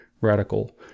radical